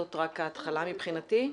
זאת רק ההתחלה מבחינתי,